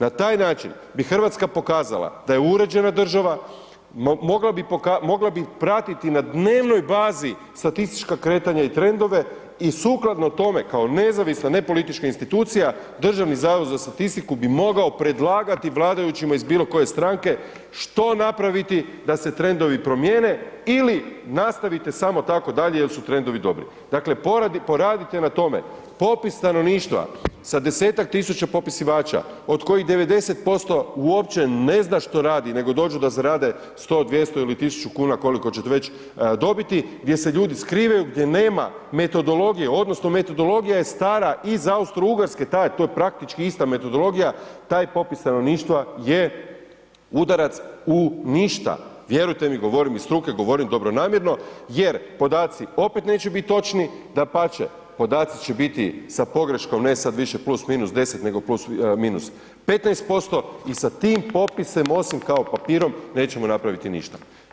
Na taj način bi RH pokazala da je uređena država, mogla bi, mogla bi pratiti na dnevnoj bazi statistička kretanja i trendove i sukladno tome kao nezavisna, nepolitička institucija Državni zavod za statistiku bi mogao predlagati vladajućima iz bilo koje stranke što napraviti da se trendovi promijene ili nastavite samo tako dalje jer su trendovi dobri, dakle poradite na tome, popis stanovništva sa 10-tak tisuća popisivača od kojih 90% uopće ne zna što radi nego dođu da zarade 100, 200 ili 1.000,00 kn koliko ćete već dobiti gdje se ljudi skrivaju, gdje nema metodologije odnosno metodologija je stara iz Austro-Ugarske, ta je to praktički ista metodologija taj popis stanovništva je udarac u ništa, vjerujte mi govorim iz struke, govorim dobronamjerno jer podaci opet neće bit točni, dapače podaci će biti sa pogreškom, ne sad više + -10, nego + -15% i sa tim popisom osim kao sa papirom nećemo napraviti ništa.